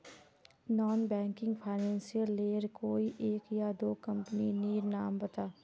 Non banking financial लेर कोई एक या दो कंपनी नीर नाम बता?